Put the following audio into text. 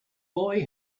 boy